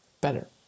better